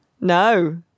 No